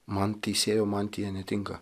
man teisėjo mantija netinka